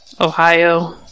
Ohio